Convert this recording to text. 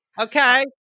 Okay